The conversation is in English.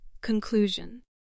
Conclusion